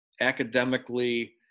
academically